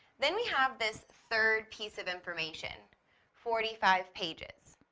then we have this third piece of information forty-five pages.